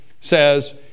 says